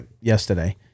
Yesterday